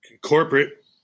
corporate